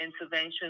intervention